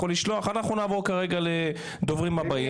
אנחנו נעבור כרגע לדוברים הבאים,